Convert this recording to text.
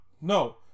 no